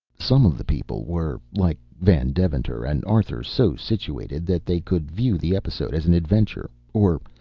some of the people were, like van deventer and arthur, so situated that they could view the episode as an adventure or,